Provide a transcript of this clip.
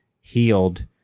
healed